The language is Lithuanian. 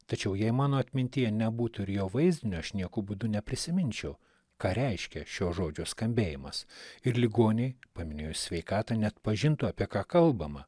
tačiau jei mano atmintyje nebūtų ir jo vaizdinio aš nieku būdu neprisiminčiau ką reiškia šio žodžio skambėjimas ir ligoniai paminėjo sveikatą neatpažintų apie ką kalbama